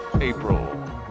April